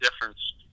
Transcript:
difference